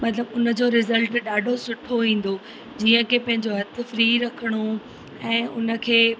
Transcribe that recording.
मतिलबु उन जो रिज़ल्ट ॾाढो सुठो ईंदो जीअं की पंहिंजो हथ फ्री रखिणो ऐं उन खे